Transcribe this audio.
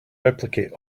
replicate